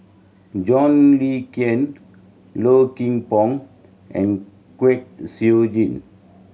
John Le Cain Low Kim Pong and Kwek Siew Jin